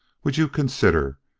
would you consider,